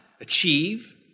achieve